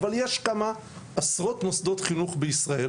אבל יש כמה עשרות מוסדות חינוך בישראל,